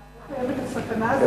לא קיימת הסכנה הזאת?